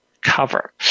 cover